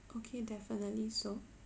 okay definitely so